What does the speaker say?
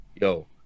yo